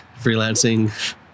freelancing